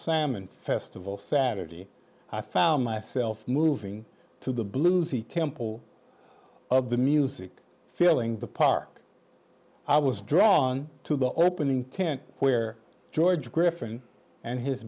salmon festival saturday i found myself moving to the bluesy temple of the music filling the park i was drawn to the opening tent where george griffin and his